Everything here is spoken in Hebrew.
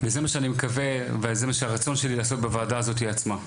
וזה מה שאני מקווה וזה מה שהרצון שלי לעשות בוועדה הזאתי עצמה.